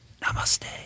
namaste